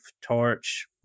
torch